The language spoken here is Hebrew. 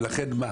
ולכן מה?